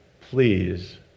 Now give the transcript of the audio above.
please